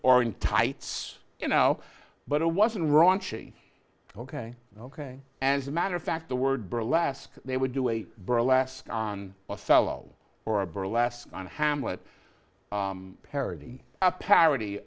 or in tights you know but it wasn't raunchy ok ok as a matter of fact the word burlesque they would do a burlesque on a fellow or a burlesque on hamlet parody a par